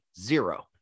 zero